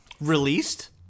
Released